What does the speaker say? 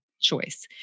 choice